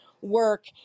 work